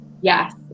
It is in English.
yes